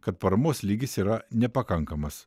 kad paramos lygis yra nepakankamas